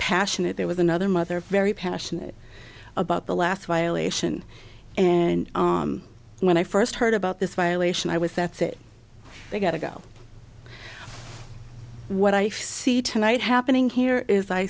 passionate there was another mother very passionate about the last violation and when i first heard about this violation i was that's it i got to go what i see tonight happening here is i